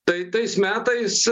tai tais metais